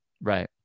right